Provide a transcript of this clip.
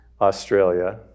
Australia